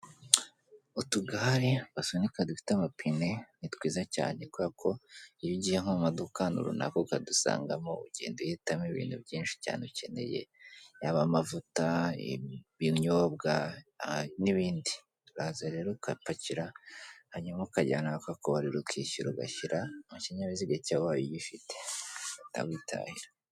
Utugare basunika dufite amapine ni twiza cyane kuko iyo ugiye nkmodokakan runaka ukadusangamo ugenda uhitamo ibintu byinshi cyane ukeneye yaba amavuta, ibinyobwa n'ibindi. Uraza rero ukapakira hanyuma ukajyana akakoriro ukishyu ugashyira mu kinyabizig ugifite gifite bakakubarira ukitahira.